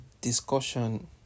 discussion